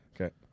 okay